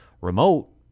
remote